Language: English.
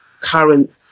current